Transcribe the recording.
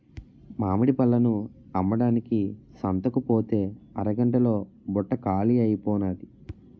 మామిడి పళ్ళను అమ్మడానికి సంతకుపోతే అరగంట్లో బుట్ట కాలీ అయిపోనాది